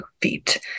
feet